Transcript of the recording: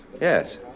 Yes